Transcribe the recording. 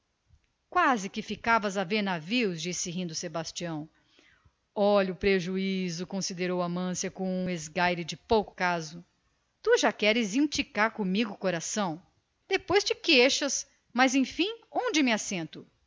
quase que ficavas a ver navios considerou sebastião rindo olha o prejuízo desdenhou amância com um esgar de pouco caso tu já queres inticar comigo coração depois te queixa mas enfim onde me assento